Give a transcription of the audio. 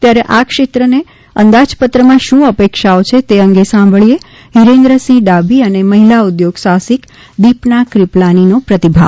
ત્યારે આ ક્ષેત્રને અંદાજપત્રમાં શું અપેક્ષાઓ છે તે અંગે સાંભળીએ હિરેન્રસિંહ ડાભી અને મહિલા ઉદ્યોગ સાહસિક દીપના ક્રિપલાનીનો પ્રતિભાવ